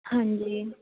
ਹਾਂਜੀ